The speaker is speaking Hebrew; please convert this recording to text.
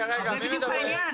זה בדיוק העניין,